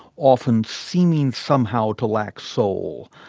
often seeming somehow to lack soul,